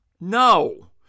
No